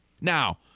Now